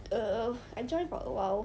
err I joined for awhile